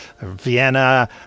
Vienna